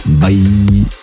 Bye